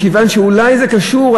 מכיוון שאולי זה קשור,